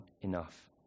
enough